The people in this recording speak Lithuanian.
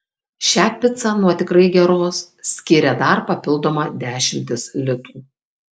šią picą nuo tikrai geros skiria dar papildoma dešimtis litų